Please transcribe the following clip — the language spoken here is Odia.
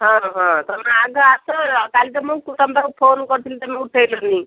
ହଁ ହଁ ତୁମେ ଆଗ ଆସ କାଲି ତୁମକୁ ତୁମ ପାଖକୁ ଫୋନ୍ କରିଥିଲି ତୁମେ ଉଠେଇଲନି